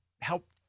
help